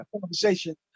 conversation